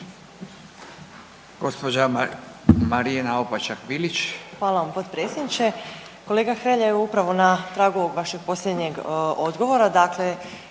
Hvala vam potpredsjedniče. Kolega Hrelja evo upravo na tragu ovog vašeg posljednjeg odgovora,